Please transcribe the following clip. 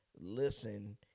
listen